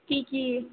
কি কি